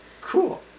Cool